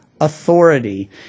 authority